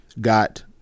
got